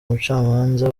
mucamanza